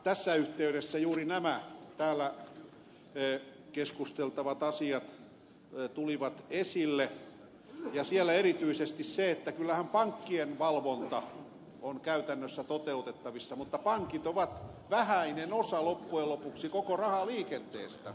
tässä yhteydessä juuri nämä täällä keskusteltavat asiat tulivat esille ja siellä erityisesti se että kyllähän pankkien valvonta on käytännössä toteuttavissa mutta pankit ovat loppujen lopuksi vähäinen osa koko rahaliikenteestä